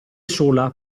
sola